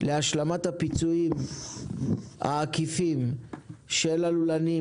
להשלמת הפיצויים העקיפים של הלולנים